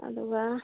ꯑꯗꯨꯒ